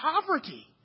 poverty